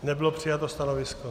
Nebylo přijato stanovisko.